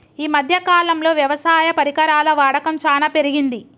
ఈ మధ్య కాలం లో వ్యవసాయ పరికరాల వాడకం చానా పెరిగింది